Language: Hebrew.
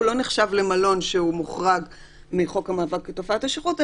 לא נחשב למלון שהוא מוחרג מחוק המאבק בתופעת השכרות,